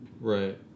Right